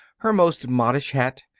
her most modish hat,